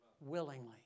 Willingly